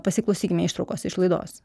pasiklausykime ištraukos iš laidos